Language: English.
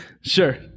Sure